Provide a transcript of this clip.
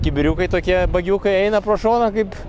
kibiriukai tokie bagiukai eina pro šoną kaip